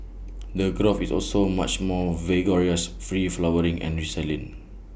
the growth is also much more vigorous free flowering and resilient